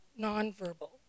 nonverbal